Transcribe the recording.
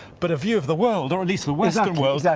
but a view of the world, or at least the western world, yeah